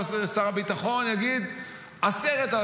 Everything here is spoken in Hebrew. שבלי סנקציות אישיות,